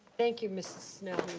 thank you, mrs. snell.